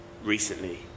Recently